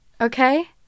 okay